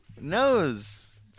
nose